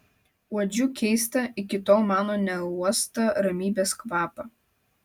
uodžiu keistą iki tol mano neuostą ramybės kvapą